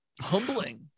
humbling